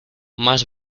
más